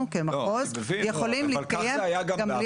אנחנו כמחוז יכולים להתקיים גם בלי הכביש.